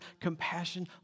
compassion